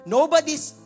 Nobody's